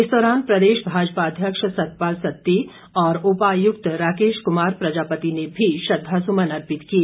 इस दौरान प्रदेश भाजपा अध्यक्ष सतपाल सत्ती और उपायुक्त राकेश कुमार प्रजापति ने भी श्रद्वासुमन अर्पित किए